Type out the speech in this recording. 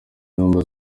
mpamvu